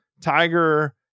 Tiger